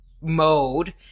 mode